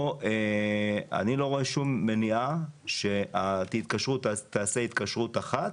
אני לא רואה שום מניעה שתעשה התקשרות אחת.